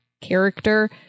character